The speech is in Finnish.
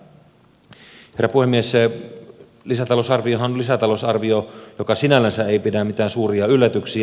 lisätalousarviohan on lisätalousarvio joka sinällänsä ei pidä mitään suuria yllätyksiä